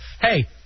Hey